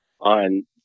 on